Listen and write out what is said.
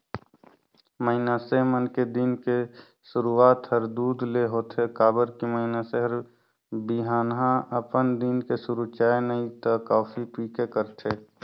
मइनसे मन के दिन के सुरूआत हर दूद ले होथे काबर की मइनसे हर बिहनहा अपन दिन के सुरू चाय नइ त कॉफी पीके करथे